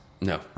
No